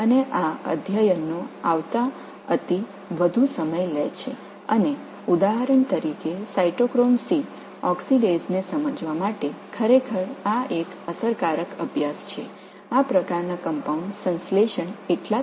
இந்த ஆய்வுகள் வர நீண்ட நேரம் எடுக்கும் இவை உண்மையில் சைட்டோக்ரோம் C ஆக்ஸிடேஸைப் புரிந்துகொள்வதற்கான ஒரு சிறந்த ஆய்வாகும் எடுத்துக்காட்டாக இந்த வகையான கலவை தொகுப்பு மிகவும் சாதாரணமானது அல்ல